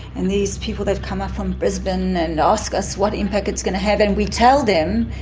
and these people that come up from brisbane and ask us what impact it's going to have, and we tell them,